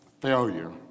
failure